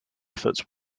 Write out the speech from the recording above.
efforts